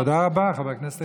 תודה רבה, חבר הכנסת איתן.